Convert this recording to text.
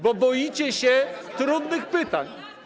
Bo boicie się trudnych pytań.